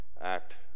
act